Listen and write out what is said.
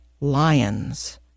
lions